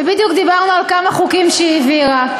ובדיוק דיברנו על כמה חוקים שהיא העבירה.